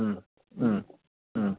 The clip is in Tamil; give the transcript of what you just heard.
ம் ம் ம்